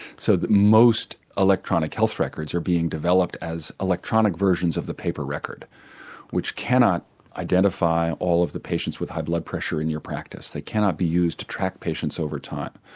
so that most electronic health records are being developed as electronic versions of the paper record which cannot identify all of the patients with high blood pressure in your practice. they cannot be used to track patients over time.